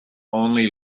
only